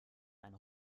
ein